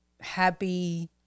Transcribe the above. happy